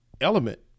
element